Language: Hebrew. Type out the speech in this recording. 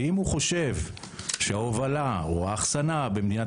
ואם הוא חושב שההובלה או האחסנה במדינתי